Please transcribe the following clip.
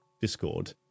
Discord